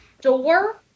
door